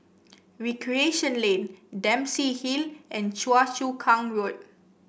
Recreation Lane Dempsey Hill and Choa Chu Kang Road